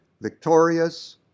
victorious